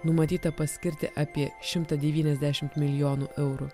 numatyta paskirti apie šimtą devyniasdešimt milijonų eurų